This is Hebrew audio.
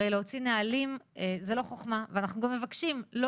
הרי להוציא נהלים זו לא חכמה ואנחנו גם מבקשים לא